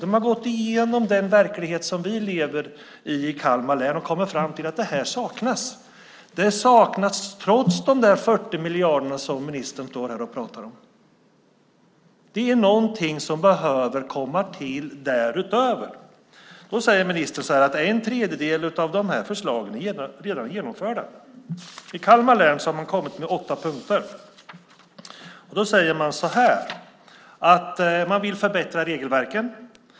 De har gått igenom den verklighet som vi i Kalmar län lever i och kommit fram till att det här saknas. Det saknas trots de där 40 miljarderna som ministern står här och pratar om. Det är någonting som behöver komma till därutöver. Då säger ministern att en tredjedel av förslagen redan är genomförda. I Kalmar län har man kommit med åtta punkter. Man säger så här: Förbättra regelverken.